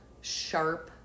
sharp